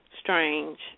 strange